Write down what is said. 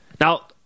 Now